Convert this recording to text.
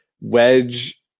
wedge